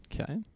Okay